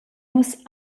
nus